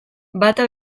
bata